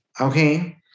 okay